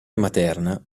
materna